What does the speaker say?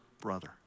brother